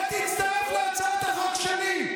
בוא תצטרף להצעת החוק שלי.